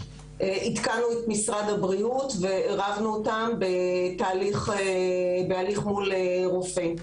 עידכנו את משרד הבריאות ועירבנו אותם בהליך מול רופא.